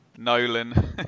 Nolan